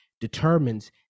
determines